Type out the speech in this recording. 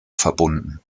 verbunden